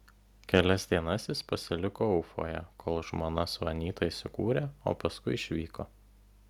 kelias dienas jis pasiliko ufoje kol žmona su anyta įsikūrė o paskui išvyko